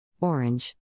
Orange